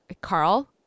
carl